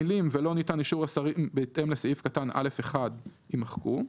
המילים "ולא ניתן אישור השרים בהתאם לסעיף קטן (א1)" יימחקו,